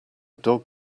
dog